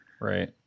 Right